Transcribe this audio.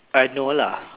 I know lah